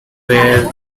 where